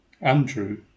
Andrew